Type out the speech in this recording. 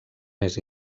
més